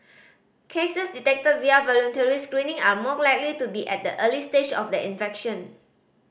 cases detected via voluntary screening are more likely to be at the early stage of their infection